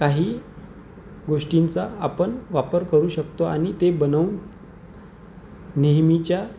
काही गोष्टींचा आपण वापर करू शकतो आणि ते बनवून नेहमीच्या